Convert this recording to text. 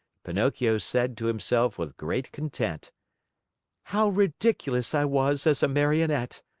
pinocchio said to himself with great content how ridiculous i was as a marionette!